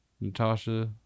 Natasha